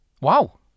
Wow